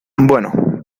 bueno